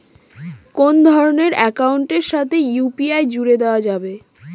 কোন ধরণের অ্যাকাউন্টের সাথে ইউ.পি.আই জুড়ে দেওয়া যাবে?